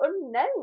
unknown